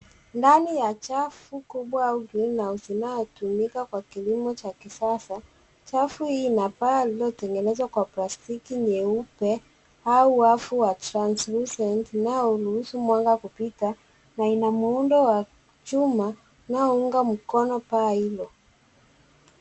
Ndani ya chafu kubwa au Green House inayotumika kwa kilimo cha kisasa chafu hii inapaa iliotengenezwa kwa plastiki nyeupe au wavu wa Translucent unaoruhusu mwanga kupita na ina muundo wa chuma unaounga mkono paa hilo.